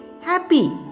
happy